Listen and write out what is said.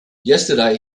yesterday